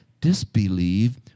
Disbelieve